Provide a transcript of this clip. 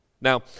Now